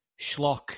schlock